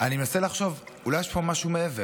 אני מנסה לחשוב, אולי יש פה משהו מעבר.